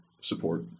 support